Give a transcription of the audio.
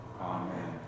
Amen